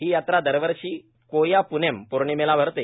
ही यात्रा दरवर्षी कोयाप्णेम पौर्णिमेला भरते